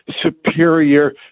superior